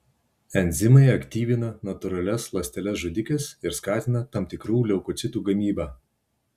enzimai aktyvina natūralias ląsteles žudikes ir skatina tam tikrų leukocitų gamybą